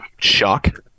shock